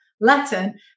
Latin